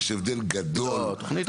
יש הבדל גדול בין תכניות -- לא,